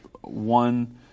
one